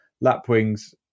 lapwings